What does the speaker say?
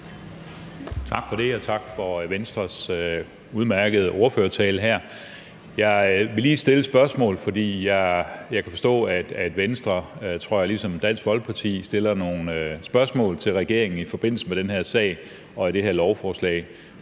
Tak for det. Og tak for Venstres udmærkede ordførertale her. Jeg vil lige stille et spørgsmål, fordi jeg kan forstå, at Venstre, tror jeg, ligesom Dansk Folkeparti stiller nogle spørgsmål til regeringen i forbindelse med den her sag og det her lovforslag.